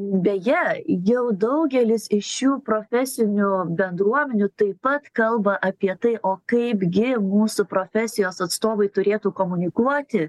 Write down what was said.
beje jau daugelis iš šių profesinių bendruomenių taip pat kalba apie tai o kaipgi mūsų profesijos atstovai turėtų komunikuoti